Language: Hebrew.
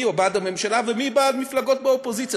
או בעד הממשלה ומי בעד המפלגות באופוזיציה,